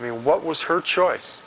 i mean what was her choice